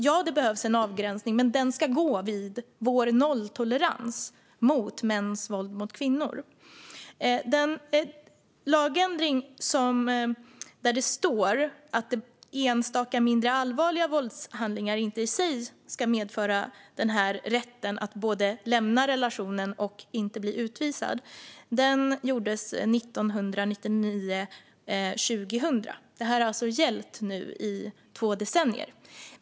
Ja, det behövs en avgränsning, men den ska gå vid vår nolltolerans mot mäns våld mot kvinnor. Den lagändring där det står att enstaka mindre allvarliga våldshandlingar inte i sig ska medföra rätt att lämna relationen och att inte bli utvisad gjordes 1999-2000. Detta har alltså gällt i två decennier.